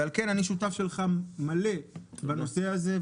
על כן אני שותף מלא שלך בנושא הזה.